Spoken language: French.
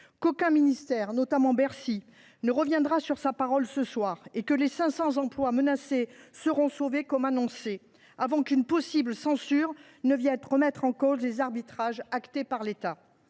qu’aucun ministère – je pense notamment à Bercy – ne reviendra sur sa parole et que les 500 emplois menacés seront sauvés comme annoncé, avant qu’une possible censure ne vienne remettre en cause les arbitrages actés par l’État.